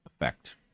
effect